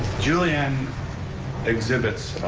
julianne exhibits